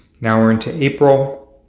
now we're into april